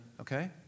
okay